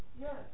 Yes